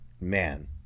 man